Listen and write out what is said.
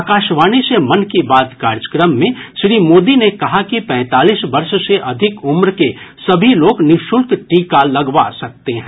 आकाशवाणी से मन की बात कार्यक्रम में श्री मोदी ने कहा कि पैंतालीस वर्ष से अधिक उम्र के सभी लोग निःशुल्क टीका लगवा सकते हैं